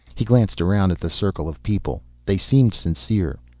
he glanced around at the circle of people. they seemed sincere.